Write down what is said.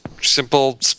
simple